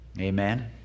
amen